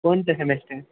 कोन सा सेमेस्टर